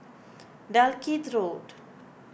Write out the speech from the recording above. Dalkeith Road